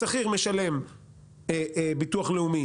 שבה שכיר משלם ביטוח לאומי